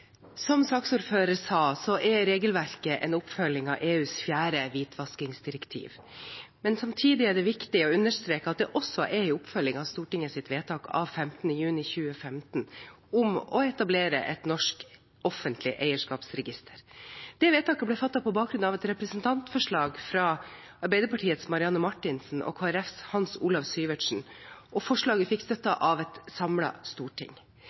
regelverket en oppfølging av EUs fjerde hvitvaskingsdirektiv. Men samtidig er det viktig å understreke at det også er en oppfølging av Stortingets vedtak av 5. juni 2015 om å etablere et norsk offentlig eierskapsregister. Vedtaket ble fattet på bakgrunn av et representantforslag fra Arbeiderpartiets Marianne Marthinsen og Kristelig Folkepartis Hans Olav Syversen, og forslaget fikk støtte av et samlet storting.